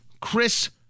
Chris